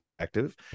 active